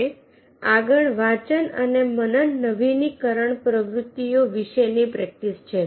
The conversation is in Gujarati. હવે આગળ વાંચન અને મનન નવીનીકરણ પ્રવૃત્તિઓ વિશે ની પ્રેક્ટિસ છે